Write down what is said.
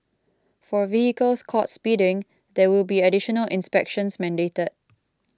for vehicles caught speeding there will be additional inspections mandated